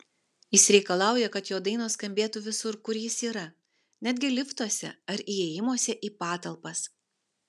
jis reikalauja kad jo dainos skambėtų visur kur jis yra netgi liftuose ar įėjimuose į patalpas